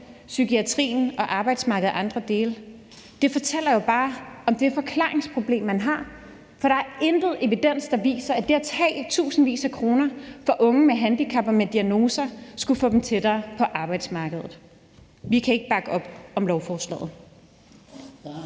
psykiatrien og arbejdsmarkedet og andre dele, fortæller jo bare om det forklaringsproblem, man har. For der er ingen evidens for, at det at tage tusindvis af kroner fra unge med handicap og med diagnoser skulle få dem tættere på arbejdsmarkedet. Vi kan ikke bakke op om lovforslaget.